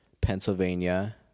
Pennsylvania